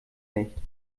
nicht